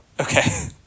Okay